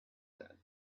said